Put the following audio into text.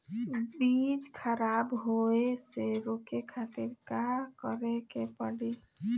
बीज खराब होए से रोके खातिर का करे के पड़ी?